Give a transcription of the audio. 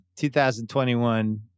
2021